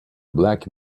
black